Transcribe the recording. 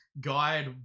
guide